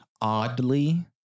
oddly